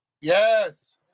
Yes